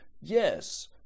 Yes